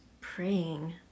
praying